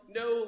no